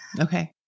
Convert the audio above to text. Okay